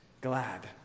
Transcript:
Glad